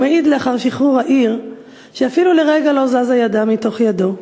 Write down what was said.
הוא מעיד לאחר שחרור העיר שאפילו לרגע לא זזה ידה מתוך ידו,